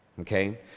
okay